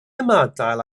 ymadael